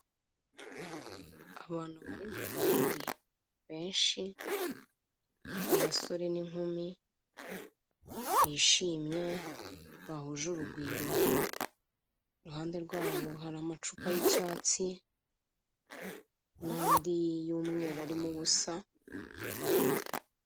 Abantu bari mu kabari benshi abasore n'inkumi bishimye bahuje urugwiro i ruhande rwabo hari amacupa y'icyatsi n'andi y'umweru arimo ubusa.